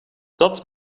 dat